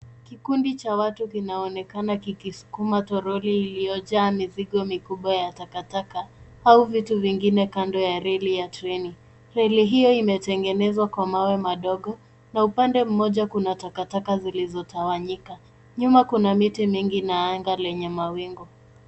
Kikundi cha watu kinaonekana kikisukuma toroli iliyojaa mizigo mikubwa ya taka taka au vitu vingine kando ya reli ya treni. Reli hiyo imetengenezwa kwa mawe madogo na upande mmoja kuna takataka zilizotawanyika. Nyuma kuna miti mingi na anga lenye mawingu.